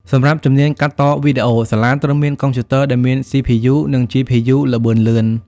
សម្រាប់ជំនាញកាត់តវីដេអូ សាលាត្រូវមានកុំព្យូទ័រដែលមាន CPU និង GPU ល្បឿនលឿន។